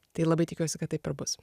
tai labai tikiuosi kad taip ir bus